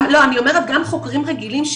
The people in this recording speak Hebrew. לא אני אומרת גם חוקרים רגילים,